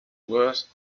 worse